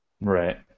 Right